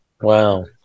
Wow